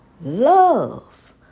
Love